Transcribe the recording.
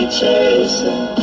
chasing